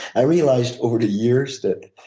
realized over the years that